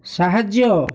ସାହାଯ୍ୟ